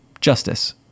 justice